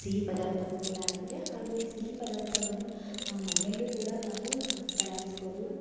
ಸಿಹಿ ಪದಾರ್ಥವು ಕೂಡ ಆಗಿದೆ ಹಾಗೂ ಈ ಸಿಹಿ ಪದಾರ್ಥವನ್ನು ಮನೆಯಲ್ಲೂ ಕೂಡ ನಾವು ತಯಾರಿಸ್ಬೋದು